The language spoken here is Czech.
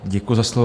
Děkuju za slovo.